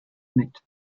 mit